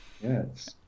Yes